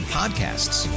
podcasts